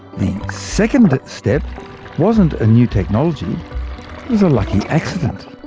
the second step wasn't a new technology, it was a lucky accident.